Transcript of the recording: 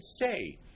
say